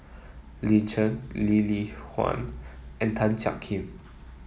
Lin Chen Lee Li Lian and Tan Jiak Kim